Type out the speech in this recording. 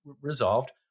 resolved